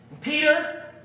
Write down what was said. Peter